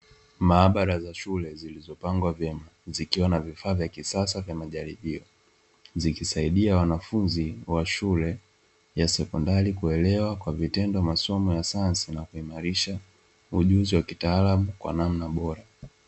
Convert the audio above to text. Maabara za shule zilizopangwa vyema zikiwa na vifaa vya kisasa vya majaribio, vikisaidia wanafunzi wa shule za sekondari kuelewa kwa vitendo masomo ya sayansi na kuimarisha ujuzi wa kitaalamu kwa namna bora.